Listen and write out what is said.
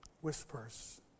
whispers